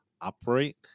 operate